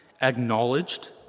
acknowledged